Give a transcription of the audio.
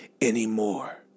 anymore